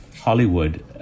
Hollywood